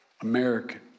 American